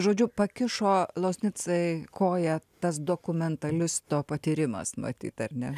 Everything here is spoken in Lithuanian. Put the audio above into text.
žodžiu pakišo loznicai koją tas dokumentalisto patyrimas matyt ar ne